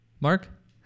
Mark